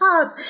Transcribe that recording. up